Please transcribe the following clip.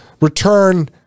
return